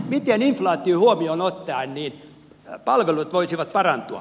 miten inflaatio huomioon ottaen palvelut voisivat parantua